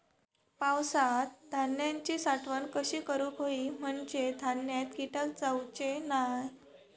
पावसात धान्यांची साठवण कशी करूक होई म्हंजे धान्यात कीटक जाउचे नाय?